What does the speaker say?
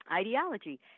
ideology